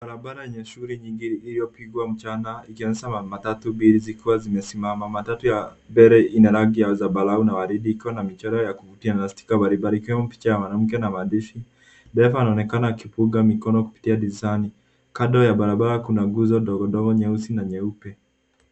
Barabara yenye shuguli nyingi iliyopigwa mchana ikionyesha matatu mbili zikiwa zimesimama. Matatu ya mbele ina rangi ya zambarau na waridi ikiwa na michoro ya kuvutia na stika mbalimbali ikiwemo picha ya mwanamke na maandishi. Dereva anaonekana akipunga mikono kupitia dirishani, kando ya barabara kuna nguzo ndogo ndogo nyeusi na nyeupe.